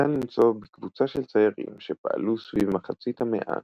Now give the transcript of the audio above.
ניתן למצוא בקבוצה של ציירים שפעלו סביב מחצית המאה